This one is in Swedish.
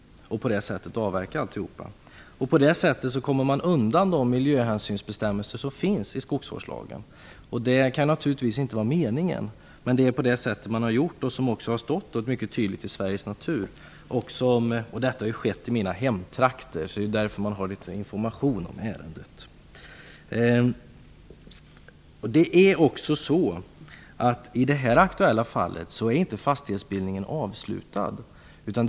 På det sättet kan de avverka all mark. På det sättet kommer man undan de miljöhänsynsbestämmelser som finns i skogsvårdslagen. Det kan naturligtvis inte vara meningen, men det är på det sättet man har gjort. Detta har stått mycket tydligt i Sveriges natur. Det har skett i mina hemtrakter, och därför har jag information om ärendet. I det aktuella fallet är fastighetsbildningen inte avslutad.